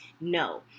No